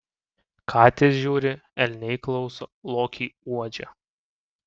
katės žiūri elniai klauso lokiai uodžia